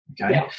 okay